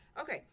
Okay